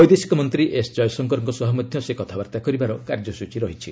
ବୈଦେଶିକ ମନ୍ତ୍ରୀ ଏସ୍ ଜୟଶଙ୍କରଙ୍କ ସହ ମଧ୍ୟ ସେ କଥାବାର୍ତ୍ତା କରିବାର କାର୍ଯ୍ୟସୂଚୀ ରହିଛି